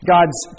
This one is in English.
God's